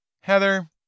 Heather